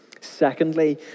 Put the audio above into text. Secondly